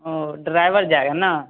ओह driver जाएगा ना